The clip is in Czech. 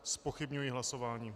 Zpochybňuji hlasování.